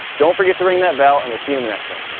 don't forget to ring that bell and we'll see you in the next one.